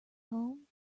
home